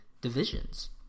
divisions